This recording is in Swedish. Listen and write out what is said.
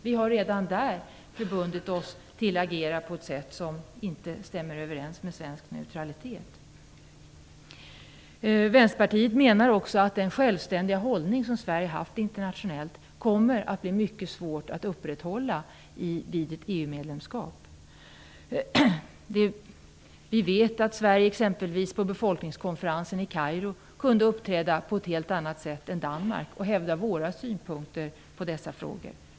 Vi har redan där förbundit oss att agera på ett sätt som inte stämmer överens med svensk neutralitet. Vänsterpartiet menar också att det vid ett EU medlemskap kommer att bli mycket svårt att bibehålla den självständiga hållning som Sverige har intagit internationellt. Vi vet att Sverige vid befolkningskonferensen i Kairo på ett helt annat sätt än exempelvis Danmark kunde hävda egna synpunkter på de frågor som behandlades där.